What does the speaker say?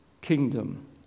kingdom